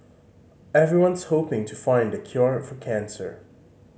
everyone's hoping to find the cure for cancer